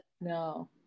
No